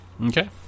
Okay